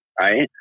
right